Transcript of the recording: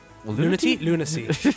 Lunacy